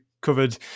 covered